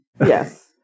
Yes